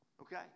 Okay